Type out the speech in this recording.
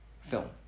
film